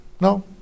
no